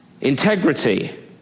Integrity